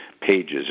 pages